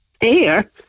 air